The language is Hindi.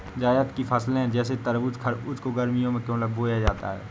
जायद की फसले जैसे तरबूज़ खरबूज को गर्मियों में क्यो बोया जाता है?